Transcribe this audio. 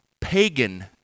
Pagan